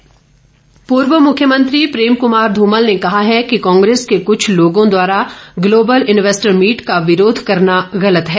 धुमल पूर्व मुख्यमंत्री प्रेम कमार ध्रमल ने कहा है कि कांग्रेस के कुछ लोगों द्वारा ग्लोबल इन्वेस्टर मीट का विरोध करना गलत है